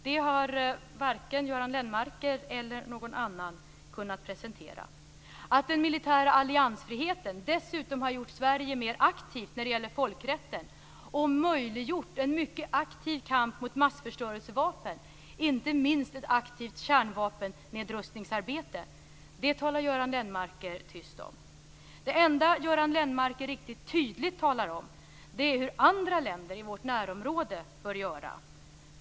Det har varken Göran Lennmarker eller någon annan kunnat presentera. Att den militära alliansfriheten dessutom har gjort Sverige mer aktivt när det gäller folkrätten och möjliggjort en mycket aktiv kamp mot massförstörelsevapen, inte minst ett aktivt kärnvapennedrustningsarbete, talar Göran Lennmarker tyst om. Det enda Göran Lennmarker riktigt tydligt talar om är hur andra länder i vårt närområde bör göra.